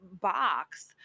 box